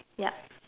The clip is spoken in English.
yup